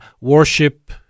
worship